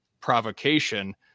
provocation